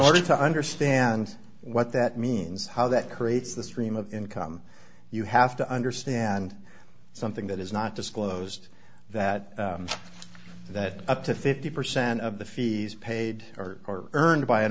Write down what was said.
order to understand what that means how that creates the stream of income you have to understand something that is not disclosed that that up to fifty percent of the fees paid or earned b